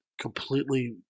Completely